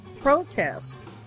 protest